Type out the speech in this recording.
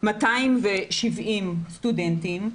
270 סטודנטים,